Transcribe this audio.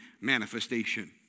manifestation